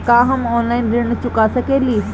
का हम ऑनलाइन ऋण चुका सके ली?